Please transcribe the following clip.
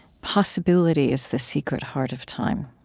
possibility is the secret heart of time.